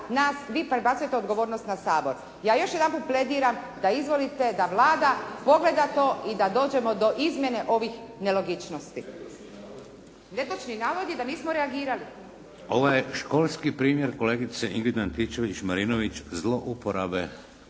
nas, vi prebacujete odgovornost na Sabor. Ja još jedanput plediram da izvolite da Vlada pogleda to i da dođemo do izmjene ovih nelogičnosti. … /Upadica se ne čuje./ … Netočni navod je da nismo reagirali. **Šeks, Vladimir (HDZ)** Ovo je školski primjer kolegice Ingrid Antičević-Marinović zlouporabe